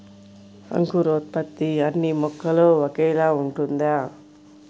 అంకురోత్పత్తి అన్నీ మొక్కలో ఒకేలా ఉంటుందా?